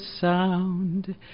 sound